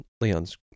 Leon's